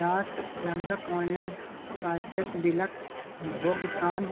रास रंगक ऑनलाइन साइटसँ बिलक भोगतान